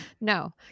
No